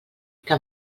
que